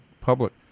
public